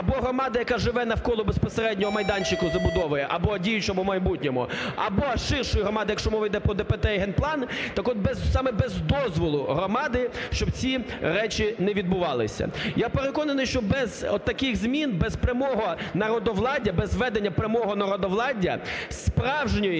або громада, яка живе навколо безпосереднього майданчику забудови, або діючому, або майбутньому, або ширшої громади, якщо мова йде про ДПТ і генплан. Так от саме без дозволу громади, щоб ці речі не відбувалися. Я переконаний, що без отаких змін, без прямого народовладдя, без ведення прямого народовладдя справжньої